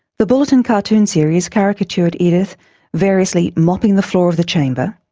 the bulletin cartoon series caricatured edith variously mopping the floor of the chamber,